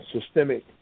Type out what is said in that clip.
systemic